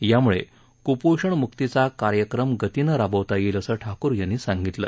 यामुळे कुपोषणमुक्तीचा कार्यक्रम गतीनं राबवता येईल असं ठाकूर यांनी सांगितलं